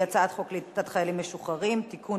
והיא הצעת חוק קליטת חיילים משוחררים (תיקון,